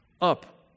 Up